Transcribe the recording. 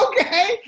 Okay